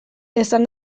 esan